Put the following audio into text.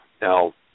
Now